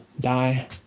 die